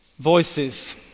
Voices